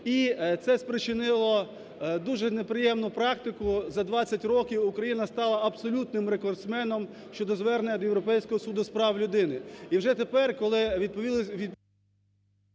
І це спричинило дуже неприємну практику: за 20 років Україна стала абсолютним рекордсменом щодо звернень до Європейського суду з прав людини.